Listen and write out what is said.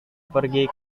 pergi